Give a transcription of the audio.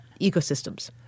ecosystems